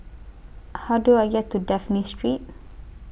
How Do I get to Dafne Street